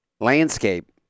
landscape